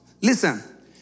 listen